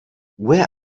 where